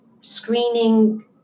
screening